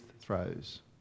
throes